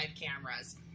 cameras